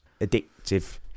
addictive